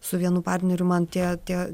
su vienu partneriu man tie tie